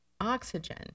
oxygen